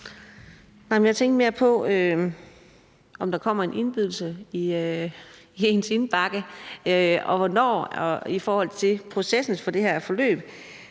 Jeg tænkte mere på, om der kommer en indbydelse i ens indbakke, og hvornår det vil være i det her forløb.